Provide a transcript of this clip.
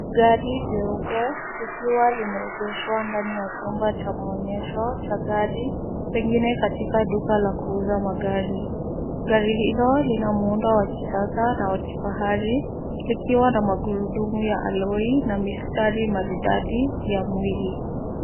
Gari jeupe likiwa limeegeshwa ndani ya chumba cha maonyesho cha gari. pengine katika duka la kuuza magari gari hilo lina Mundo wa kisasa na wa kifahari. likiwa na magurudumu ya aloi na mistari maridadi ya mwili.